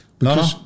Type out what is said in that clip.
no